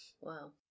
Wow